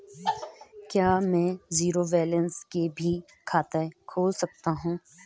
क्या में zero balance से भी खाता खोल सकता हूँ?